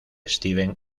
steven